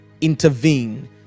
intervene